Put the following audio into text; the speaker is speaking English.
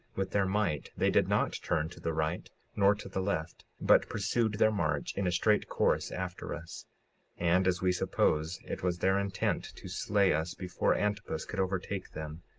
with their might, they did not turn to the right nor to the left, but pursued their march in a straight course after us and, as we suppose, it was their intent to slay us before antipus should overtake them,